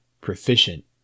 proficient